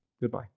Goodbye